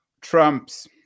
Trump's